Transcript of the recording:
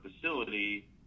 facility